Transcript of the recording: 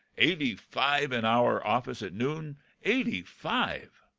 eighty-five in our office at noon eighty-five!